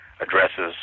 addresses